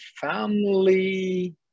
family